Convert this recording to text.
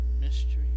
mystery